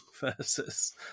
versus